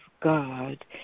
God